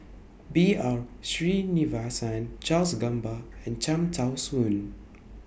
B R Sreenivasan Charles Gamba and Cham Tao Soon